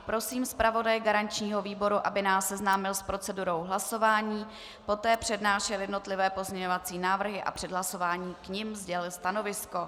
Prosím zpravodaje garančního výboru, aby nás seznámil s procedurou hlasování, poté přednášel jednotlivé pozměňovací návrhy a před hlasováním k nim sdělil stanovisko.